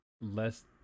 less